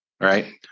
right